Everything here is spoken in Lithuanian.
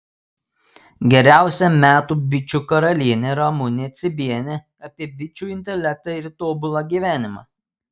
geriausia metų bičių karalienė ramunė cibienė apie bičių intelektą ir tobulą gyvenimą